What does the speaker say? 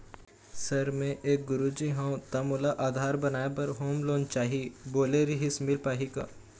Sir मे एक गुरुजी हंव ता मोला आधार बनाए बर होम लोन चाही बोले रीहिस मील पाही का?